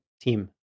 team